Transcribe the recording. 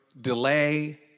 delay